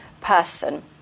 person